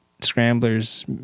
scramblers